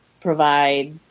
provide